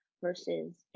versus